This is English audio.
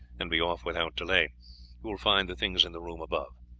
and be off without delay you will find the things in the room above.